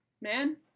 man